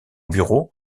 bureaux